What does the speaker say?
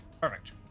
Perfect